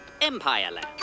Empireland